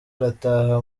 arataha